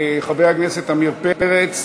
חבר הכנסת עמיר פרץ.